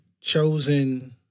chosen